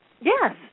Yes